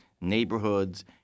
neighborhoods